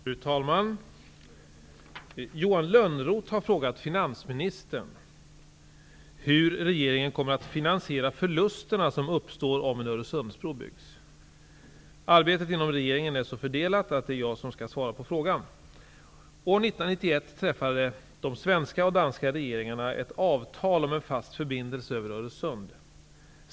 Fru talman! Johan Lönnroth har frågat finansministern hur regeringen kommer att finansiera förlusterna som uppstår om en Öresundsbro byggs. Arbetet inom regeringen är så fördelat att det är jag som skall svara på frågan. År 1991 träffade de svenska och danska regeringarna ett avtal om en fast förbindelse över Öresund.